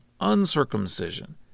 uncircumcision